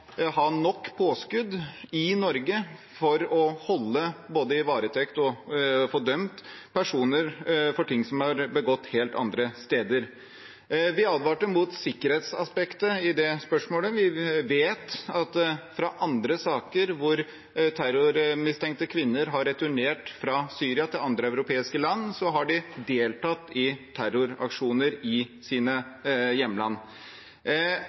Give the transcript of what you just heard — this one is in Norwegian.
ha nok påskudd i Norge for både å holde i varetekt og å få dømt personer for ting som er begått helt andre steder. Vi advarte mot sikkerhetsaspektet i det spørsmålet. Vi vet fra andre saker hvor terrormistenkte kvinner har returnert fra Syria til andre europeiske land, at de har deltatt i terroraksjoner i sine hjemland.